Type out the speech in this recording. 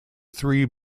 three